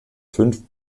fünf